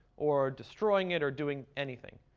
or destroying it or doing anything.